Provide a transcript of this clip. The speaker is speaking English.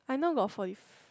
I now got forty f~